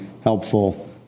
helpful